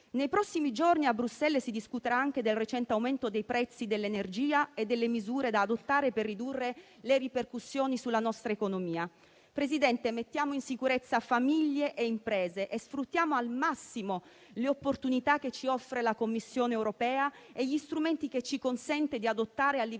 Nei prossimi giorni a Bruxelles si discuterà anche del recente aumento dei prezzi dell'energia e delle misure da adottare per ridurre le ripercussioni sulla nostra economia. Signor Presidente, mettiamo in sicurezza famiglie e imprese e sfruttiamo al massimo le opportunità che ci offre la Commissione europea e gli strumenti che ci consente di adottare a livello